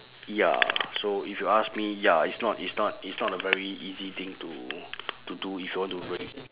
ya so if you ask me ya it's not it's not it's not a very easy thing to to do if you want to really